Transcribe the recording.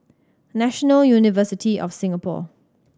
National University of Singapore